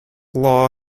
law